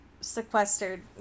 sequestered